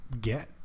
get